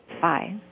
Bye